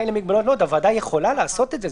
הוועדה יכולה לעשות את זה.